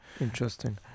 Interesting